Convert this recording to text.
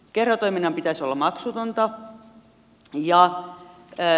kerhotoiminnan pitäisi olla maksutonta